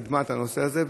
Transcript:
קידמה את הנושא הזה,